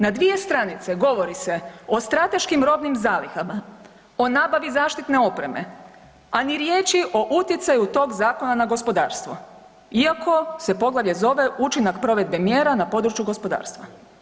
Na dvije stranice govori se o strateškim robnim zalihama, o nabavi zaštitne opreme, a ni riječi o utjecaju tog zakona na gospodarstvo iako se poglavlje zove Učinak provedbe mjera na području gospodarstva.